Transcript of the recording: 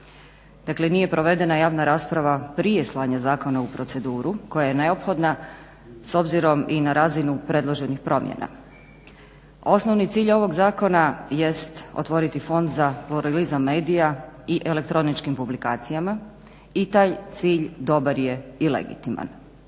Dakle nije provedena javna rasprava prije slanja zakona u proceduru koja je neophodna s obzirom i na razinu predloženih promjena. Osnovni cilj ovog zakona jest otvoriti Fond za pluralizam medija i elektroničkim publikacijama i taj cilj dobar je i legitiman.